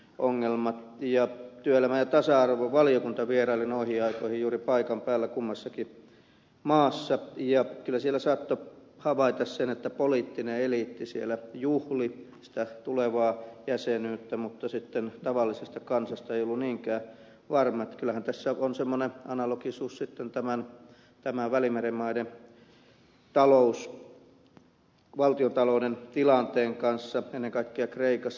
työelämä ja tasa arvovaliokunta vieraili noihin aikoihin juuri paikan päällä kummassakin maassa ja kyllä siellä saattoi havaita sen että poliittinen eliitti siellä juhli tulevaa jäsenyyttä mutta tavallinen kansa ei ollut niinkään varma niin että kyllähän tässä on semmoinen analogisuus tämän välimeren maiden valtiontalouden tilanteen kanssa ennen kaikkea kreikassa